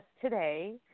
today